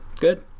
Good